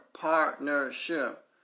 partnership